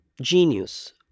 genius